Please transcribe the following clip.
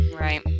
right